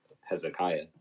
Hezekiah